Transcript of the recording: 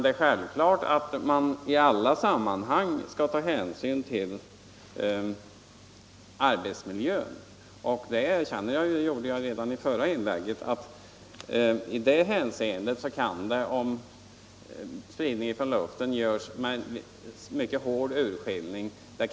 Det är klart att man i alla sammanhang skall ta hänsyn till arbetsmiljön. Jag erkände redan i mitt förra inlägg att i det hänseendet kan spridning från luften, om den görs med mycket hård urskillning, vara bättre.